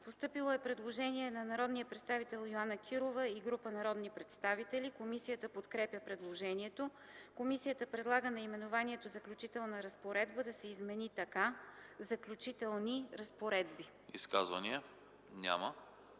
Постъпило е предложение на народния представител Йоана Кирова и група народни представители. Комисията подкрепя предложението. Комисията предлага наименованието „Заключителна разпоредба” да се измени така: „Заключителни разпоредби”.